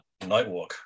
Nightwalk